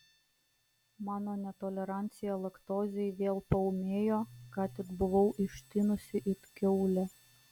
mano netolerancija laktozei vėl paūmėjo ką tik buvau ištinusi it kiaulė